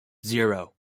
zero